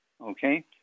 Okay